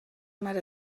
mare